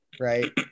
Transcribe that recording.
right